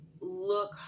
look